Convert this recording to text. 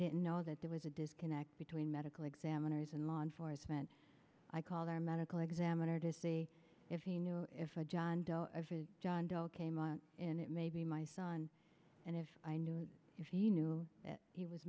didn't know that there was a disconnect between medical examiners and law enforcement i called our medical examiner to see if he knew if i john doe john doe came in and it may be my son and if i knew if you knew that he was